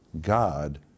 God